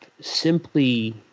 simply